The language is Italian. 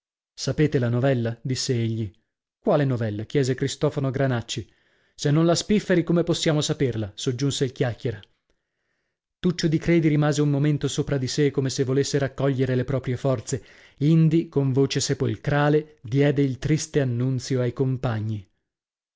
sapete la novella disse egli quale novella chiese cristofano granacci se non la spifferi come possiamo saperla soggiunse il chiacchiera tuccio di credi rimase un momento sopra di sè come se volesse raccogliere le proprie forze indi con voce sepolcrale diede il triste annunzio ai compagni